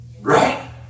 right